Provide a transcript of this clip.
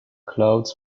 clouds